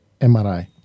MRI